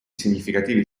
significativi